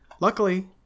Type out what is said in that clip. Luckily